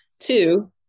Two